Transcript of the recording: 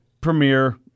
premiere